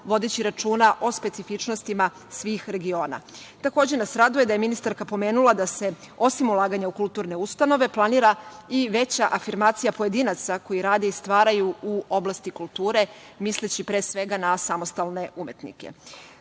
vodeći računa o specifičnostima svih regiona. Takođe nas raduje da je ministarka pomenula da se osim ulaganja u kulturne ustanove planira i veća afirmacija pojedinaca koji rade i stvaraju u oblasti kulture, misleći pre svega na samostalne umetnike. Srbija